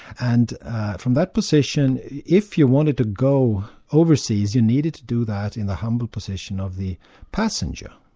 and from that position if you wanted to go overseas, you needed to do that in the humble position of the passenger.